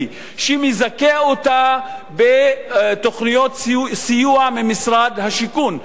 שמזכה אותה בתוכניות סיוע ממשרד השיכון?